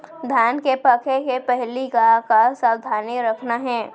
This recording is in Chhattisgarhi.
धान के पके के पहिली का का सावधानी रखना हे?